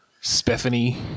Stephanie